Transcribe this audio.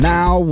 Now